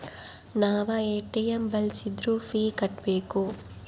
ನಾವ್ ಎ.ಟಿ.ಎಂ ಬಳ್ಸಿದ್ರು ಫೀ ಕಟ್ಬೇಕು